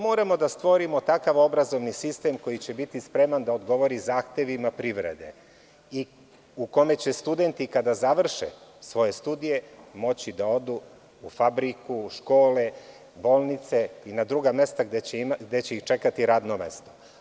Moramo da stvorimo takav obrazovni sistem koji će biti spreman da odgovori zahtevima privrede i u kome će studenti, kada završe svoje studije, moći da odu u fabriku, škole, bolnice i na druga mesta gde će ih čekati radno mesto.